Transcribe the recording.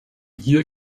hier